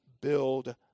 build